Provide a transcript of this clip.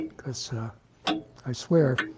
because ah i swear,